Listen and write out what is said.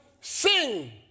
Sing